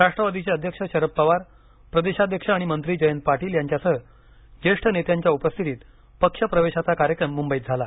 राष्ट्रवादीचे अध्यक्ष शरद पवार प्रदेशाध्यक्ष आणि मंत्री जयंत पाटील यांच्यासह ज्येष्ठ नेत्यांच्या उपस्थितीत पक्षप्रवेशाचा कार्यक्रम मुंबईत झाला